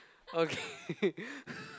okay